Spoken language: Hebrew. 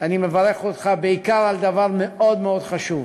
אני מברך אותך בעיקר על דבר מאוד חשוב.